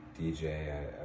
DJ